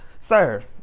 Sir